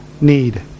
need